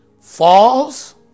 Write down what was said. False